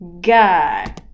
guy